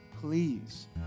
please